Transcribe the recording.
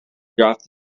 dropped